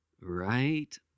right